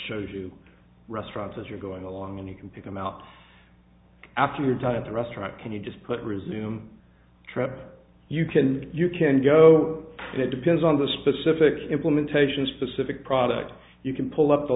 shows you restaurants that you're going along and you can pick them out after your time in the restaurant can you just put resume trap you can you can go it depends on the specific implementation specific product you can pull up the